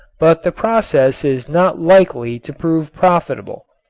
but the process is not likely to prove profitable.